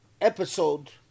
episode